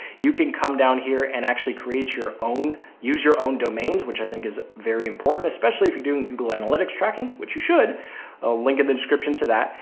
you can come down here and actually create your own, use your own domains, which i think is very important, especially if you're doing google analytics tracking, which you should link in the description to that.